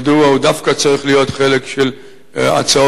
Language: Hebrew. כדי למנוע את טורח הציבור בתמרון שלי אל הבימה.